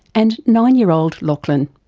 and nine-year-old lachlan.